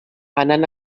anant